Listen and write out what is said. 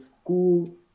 school